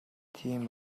тийм